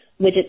widgets